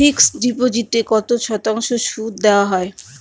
Fixed ডিপোজিটে কত শতাংশ সুদ দেওয়া হয়?